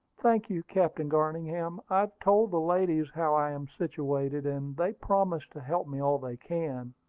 thank you, captain garningham. i have told the ladies how i am situated, and they promise to help me all they can,